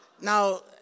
Now